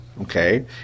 okay